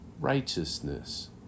righteousness